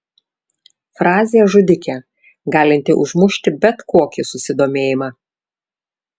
frazė žudikė galinti užmušti bet kokį susidomėjimą